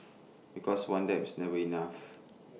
because one dab is never enough